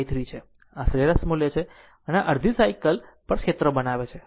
આ સરેરાશ મૂલ્ય છે અથવા આ એક અડધા સાયકલ પર ક્ષેત્ર બનાવે છે